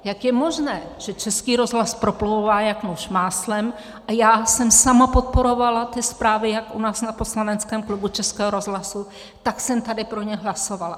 Jak je možné, že Český rozhlas proplouvá jak nůž máslem, a já jsem sama podporovala zprávy jak u nás na poslaneckém klubu Českého rozhlasu, tak jsem tady pro ně hlasovala.